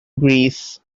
greece